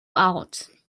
out